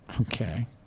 Okay